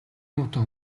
муутай